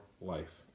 life